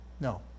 No